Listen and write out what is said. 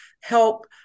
help